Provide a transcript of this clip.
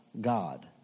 God